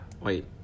Wait